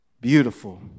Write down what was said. Beautiful